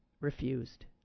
refused